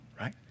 right